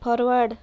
forward